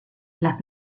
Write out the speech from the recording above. las